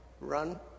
Run